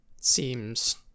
seems